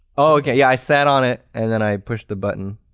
okay, yeah i sat on it and then i pushed the button.